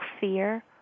fear